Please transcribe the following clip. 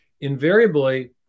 Invariably